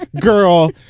girl